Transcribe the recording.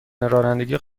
رانندگی